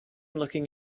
looking